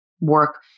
work